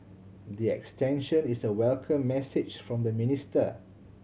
the extension is a welcome message from the minister